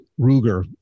ruger